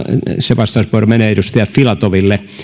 se vastauspuheenvuoro menee edustaja filatoville